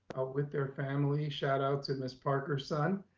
with their family, shout out to ms. parker's son